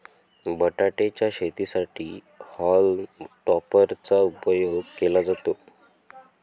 बटाटे च्या शेतीसाठी हॉल्म टॉपर चा उपयोग केला जातो